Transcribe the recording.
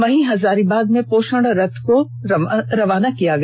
वहीं हजारीबाग में पोषण रथ को रवाना किया गया